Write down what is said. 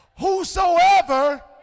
whosoever